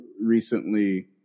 recently